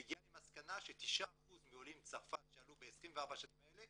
והגיע למסקנה ש-9% מעולי צרפת שעלו ב-24 השנים האלה